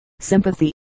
sympathy